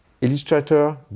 illustrator